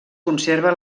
conserva